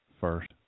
first